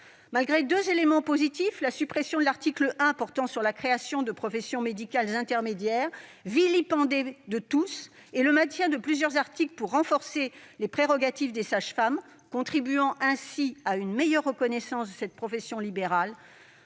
malgré deux éléments positifs- la suppression de l'article 1, qui créait des professions médicales intermédiaires, article vilipendé de tous ; le maintien de plusieurs articles renforçant les prérogatives des sages-femmes et contribuant ainsi à une meilleure reconnaissance de cette profession médicale